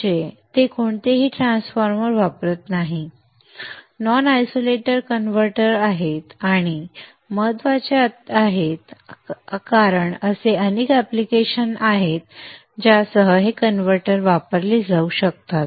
म्हणजे ते कोणतेही ट्रान्सफॉर्मर वापरत नाहीत ते नॉन आयसोलेटेड कन्व्हर्टर आहेत आणि महत्त्वाचे आहेत कारण असे अनेक ऍप्लिकेशन्स आहेत ज्यासह हे कन्व्हर्टर वापरले जाऊ शकतात